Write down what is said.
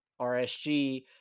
rsg